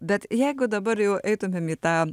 bet jeigu dabar jau eitumėm į tą